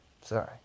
Sorry